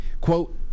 Quote